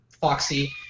Foxy